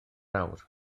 awr